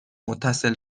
متصل